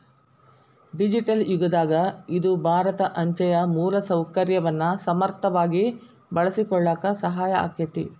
digital ಯುಗದಾಗ ಇದು ಭಾರತ ಅಂಚೆಯ ಮೂಲಸೌಕರ್ಯವನ್ನ ಸಮರ್ಥವಾಗಿ ಬಳಸಿಕೊಳ್ಳಾಕ ಸಹಾಯ ಆಕ್ಕೆತಿ